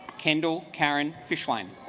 kendall karen fish lon